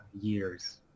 years